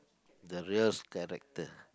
the real character